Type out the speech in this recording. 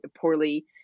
poorly